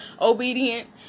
obedient